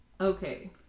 Okay